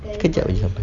sekejap saja